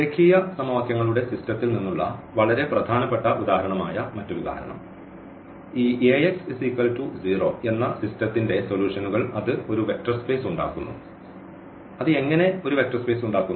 രേഖീയ സമവാക്യങ്ങളുടെ സിസ്റ്റത്തിൽ നിന്നുള്ള വളരെ പ്രധാനപ്പെട്ട ഉദാഹരണമായ മറ്റൊരു ഉദാഹരണം ഈ Ax0 എന്ന സിസ്റ്റത്തിന്റെ സൊല്യൂഷൻഉകൾ ഇത് ഒരു വെക്റ്റർ സ്പേസ് ഉണ്ടാക്കുന്നു അത് എങ്ങനെ ഒരു വെക്റ്റർ സ്പേസ് ഉണ്ടാക്കുന്നു